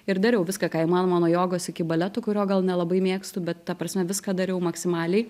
ir dariau viską ką įmanoma nuo jogos iki baleto kurio gal nelabai mėgstu bet ta prasme viską dariau maksimaliai